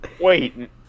Wait